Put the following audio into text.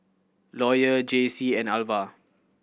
Lawyer Jaycie and Alvah